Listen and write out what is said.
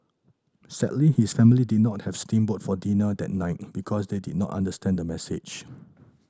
sadly his family did not have steam boat for dinner that night because they did not understand the message